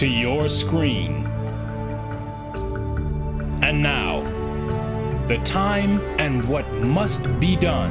to your screen and now the time and what must be done